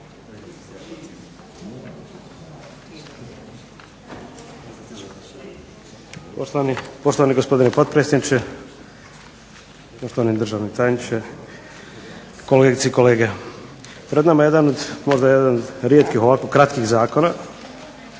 Poštovani gospodine potpredsjedniče, poštovani državni tajniče, kolegice i kolege. Pred nama je jedan, možda jedan rijetkih ovako kratkih zakona.